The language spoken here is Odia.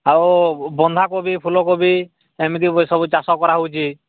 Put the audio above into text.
ଆଉ ବନ୍ଧାକୋବି ଫୁଲ କୋବି ଏମିତି ସବୁ ଚାଷ କରା ହଉଛି